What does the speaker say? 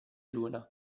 luna